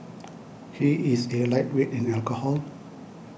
he is a lightweight in alcohol